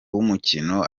w’umukino